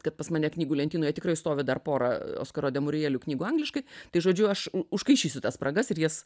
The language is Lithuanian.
kad pas mane knygų lentynoje tikrai stovi dar pora oskaro demorijeliu knygų angliškai tai žodžiu aš užkaišysiu tas spragas ir jas